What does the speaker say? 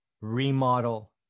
remodel